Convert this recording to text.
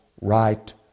right